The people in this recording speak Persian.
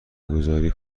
گذاری